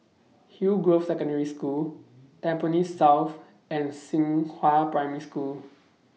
Hillgrove Secondary School Tampines South and Xinghua Primary School